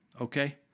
Okay